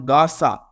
Gaza